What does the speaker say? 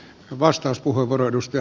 arvoisa puhemies